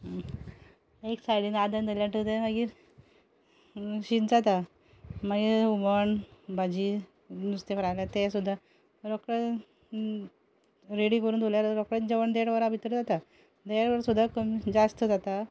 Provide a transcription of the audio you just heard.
एक सायडीन आदन धरल्या मागीर शीत जाता मागीर हुमण भाजी नुस्तें फ्राय तें सुद्दां रेडी करून दवरल्यार रोखडें जेवण देड वरा भितर जाता देड वर सुद्दां कमी जास्त जाता